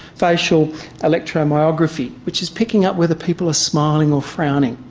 facial electromyography which is picking up whether people are smiling or frowning.